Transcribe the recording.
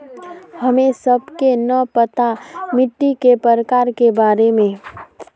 हमें सबके न पता मिट्टी के प्रकार के बारे में?